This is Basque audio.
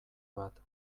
bat